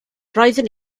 roeddwn